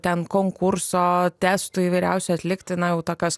ten konkurso testų įvairiausių atlikti na jau tokios